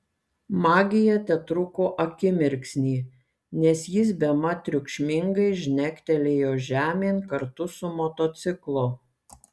magija tetruko akimirksnį nes jis bemat triukšmingai žnektelėjo žemėn kartu su motociklu